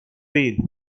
değil